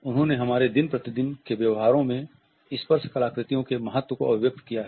उन्होंने हमारे दिन प्रतिदिन के व्यवहारों में स्पर्श कलाकृतियों के महत्व को अभिव्यक्त किया है